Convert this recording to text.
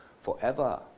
forever